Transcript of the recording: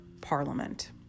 parliament